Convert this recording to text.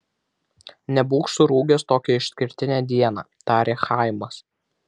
nebūk surūgęs tokią išskirtinę dieną tarė chaimas